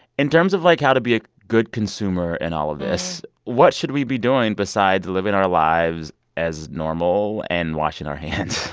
in terms of, like, how to be a good consumer in all of this, what should we be doing besides living our lives as normal and washing our hands?